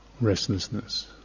restlessness